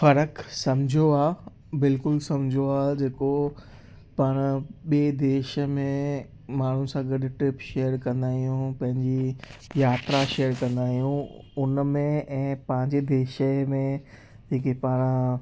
फ़र्क़ु समुझो आहे बिल्कुलु समुझो आहे जेको पाणि ॿिएं देश में माण्हूअ सां गॾु ट्रिप शेयर कंदा आहियूं पंहिंजी यात्रा शेयर कंदा आहियूं हुन में ऐं पंहिंजे देश जंहिं में जेकी पाणि